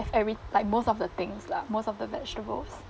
of every like most of the things lah most of the vegetables